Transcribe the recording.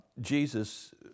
Jesus